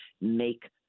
make